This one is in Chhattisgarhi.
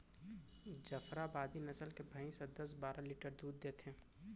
जफराबादी नसल के भईंस ह दस बारा लीटर दूद देथे